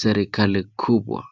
serikali kubwa.